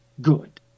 good